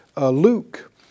Luke